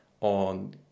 on